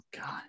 God